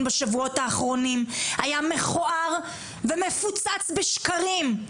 בשבועות האחרונים היה מכוער ומפוצץ בשקרים.